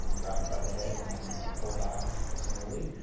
grab it by the head and and and pull it off slowly.